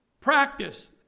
Practice